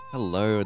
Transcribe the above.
Hello